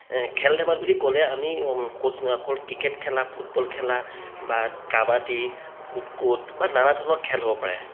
খেল ধেমালি বুলি ক'লে আমি খোজ অকল ক্ৰিকেট খেলা ফুটবল খেলা বা কাবাডী কুট কুট বা নানা ধৰণৰ খেল হ'ব পাৰে